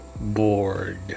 bored